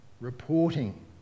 reporting